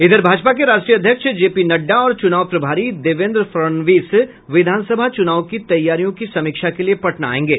इधर भाजपा के राष्ट्रीय अध्यक्ष जे पी नड्डा और चूनाव प्रभारी देवेंद्र फडनवीस विधानसभा चूनाव की तैयारियों की समीक्षा के लिये पटना आयेंगे